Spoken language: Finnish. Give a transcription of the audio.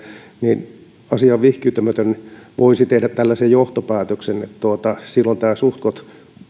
niin asiaan vihkiytymätön voisi tehdä tällaisen johtopäätöksen että silloin tämä